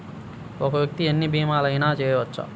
ఒక్క వ్యక్తి ఎన్ని భీమలయినా చేయవచ్చా?